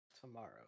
tomorrow